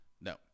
No